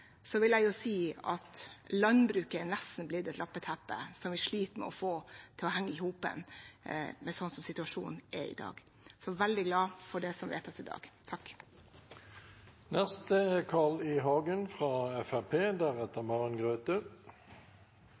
som vi sliter med å få til å henge i hop slik som situasjonen er i dag, så jeg er veldig glad for det som vedtas i dag. Det var fint at regjeringen omsider kom med forslag om en slik midlertidig støtteordning, men det er